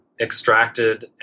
extracted